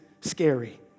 scary